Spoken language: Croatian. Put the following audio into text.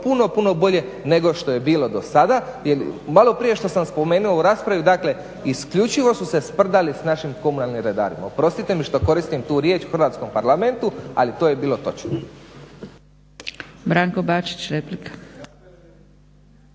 puno, puno bolje nego što je bilo do sada jer malo prije što sam spomenuo u raspravi. Dakle, isključivo su se sprdali s našim komunalnim redarima, oprostite mi što koristim tu riječ u Hrvatskom parlamentu ali to je bilo točno.